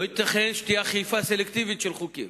לא ייתכן שתהיה אכיפה סלקטיבית של חוקים.